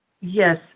Yes